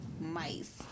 mice